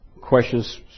questions